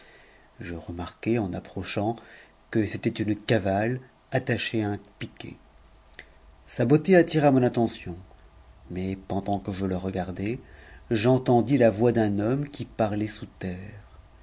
i remarquai en approchant que c'était une cavale attachée if beauté mon attention mais pendant que je la rej entendis la voix d'un homme qui parlait sous terre